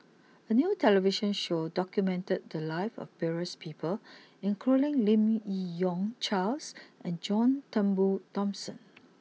A new television show documented the lives of various people including Lim Yi Yong Charles and John Turnbull Thomson